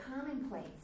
commonplace